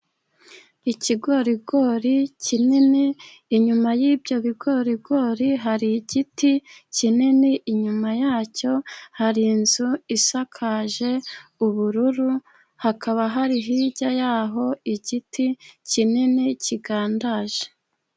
Ikigorigori kinini, inyuma y'ibyo bigorigori hari igiti kinini, inyuma yacyo hari inzu isakaje ubururu, hakaba hari hirya yaho igiti kinini kigandaje.